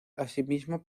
asimismo